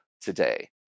today